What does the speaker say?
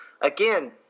again